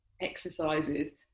exercises